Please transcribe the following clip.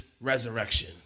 resurrection